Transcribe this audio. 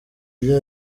ibyo